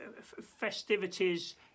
festivities